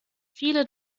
viele